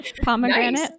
pomegranate